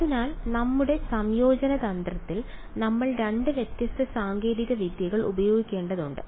അതിനാൽ നമ്മുടെ സംയോജന തന്ത്രത്തിൽ നമ്മൾ 2 വ്യത്യസ്ത സാങ്കേതിക വിദ്യകൾ ഉപയോഗിക്കേണ്ടതുണ്ട്